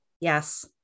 yes